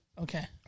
Okay